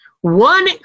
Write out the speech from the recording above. One